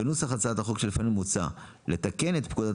בנוסח הצעת החוק שלפנינו מוצע לתקן את פקודת